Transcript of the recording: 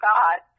God